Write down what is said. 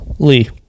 Lee